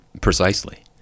precisely